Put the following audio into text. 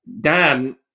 Dan